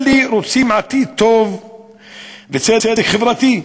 אלה רוצים עתיד טוב וצדק חברתי.